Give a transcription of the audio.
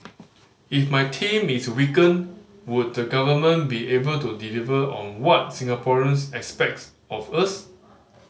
if my team is weakened would the government be able to deliver on what Singaporeans expect of us